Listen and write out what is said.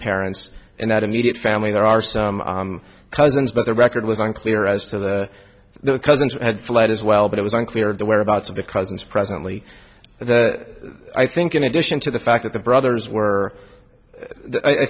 parents in that immediate family there are some cousins but their record was unclear as to the the cousins had fled as well but it was unclear if the whereabouts of the cousins presently i think in addition to the fact that the brothers were i